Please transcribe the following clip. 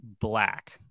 black